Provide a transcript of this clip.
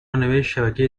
نوشتشبکه